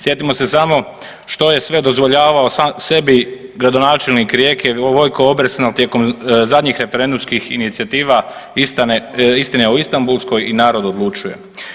Sjetimo se samo što je sve dozvoljavao sebi gradonačelnik Rijeke Vojko Obersnel tijekom zadnjih referendumskih inicijativa „Istine o Istambulskoj“ i „Narod odlučuje“